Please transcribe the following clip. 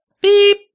Beep